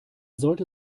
sollte